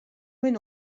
min